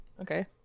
Okay